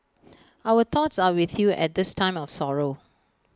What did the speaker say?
our thoughts are with you at this time of sorrow